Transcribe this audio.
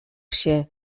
się